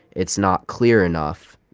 it's not clear enough,